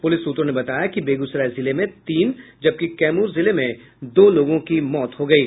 police सूत्रों ने बताया कि बेगूसराय जिले में तीन जबकि कैमूर जिले में दो लोगों की मौत हो गयी